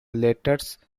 letters